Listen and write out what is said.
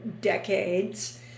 decades